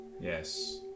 Yes